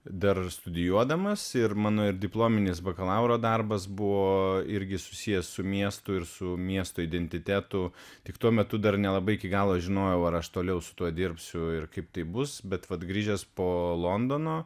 dar studijuodamas ir mano ir diplominis bakalauro darbas buvo irgi susijęs su miestu ir su miesto identitetu tik tuo metu dar nelabai iki galo žinojau ar aš toliau su tuo dirbsiu ir kaip tai bus bet vat grįžęs po londono